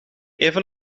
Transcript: even